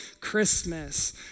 Christmas